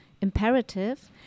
imperative